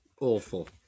Awful